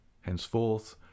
Henceforth